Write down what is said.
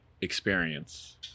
experience